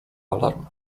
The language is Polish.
alarm